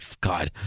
God